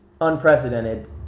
unprecedented